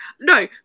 no